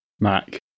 mac